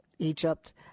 egypt